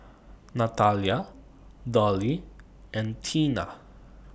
Natalya Dollye and Teena